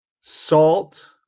salt